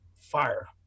fire